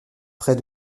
près